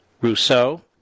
Rousseau